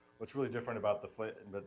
what's really different about the flame and but